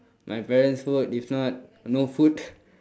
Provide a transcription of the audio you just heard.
my parents' food if not no food